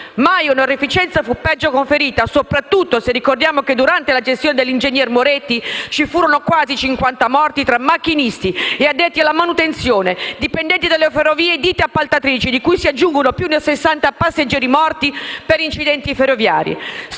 Mai onorificenza fu peggio conferita, soprattutto se ricordiamo che durante la gestione dell'ingegner Moretti ci furono quasi 50 morti tra macchinisti e addetti alla manutenzione, dipendenti delle Ferrovie e di ditte appaltatrici, cui si aggiungono più di 60 passeggeri morti per incidenti ferroviari,